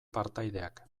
partaideak